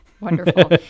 Wonderful